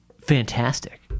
fantastic